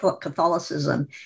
Catholicism